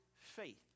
faith